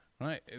Right